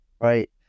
Right